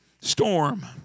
storm